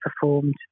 performed